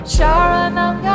Sharanam